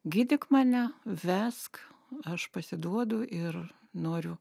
gydyk mane vesk aš pasiduodu ir noriu